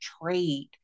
trade